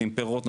נותנים פירות,